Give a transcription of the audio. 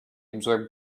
absorbed